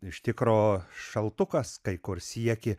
iš tikro šaltukas kai kur siekė